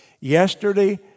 Yesterday